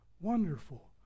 wonderful